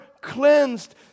cleansed